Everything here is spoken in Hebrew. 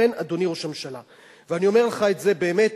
לכן, אדוני ראש הממשלה, אני אומר לך את זה באמת